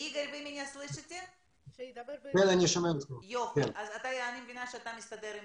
הייעוד הנכנס סליחה אם אני מדברת בשפה שאתם תעצרו אותי אם לא.